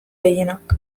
gehienak